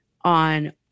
on